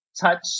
touch